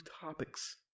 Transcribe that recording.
topics